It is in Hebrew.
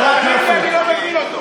שמעתי, תודה על התיקון.